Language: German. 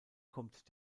kommt